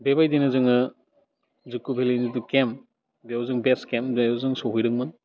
बेबायदिनो जोङो जुक' भेलिनि जितु केम्प बेयाव जों बेस केम्प बेयाव जों सहैदोंमोन